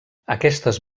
aquestes